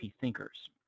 thinkers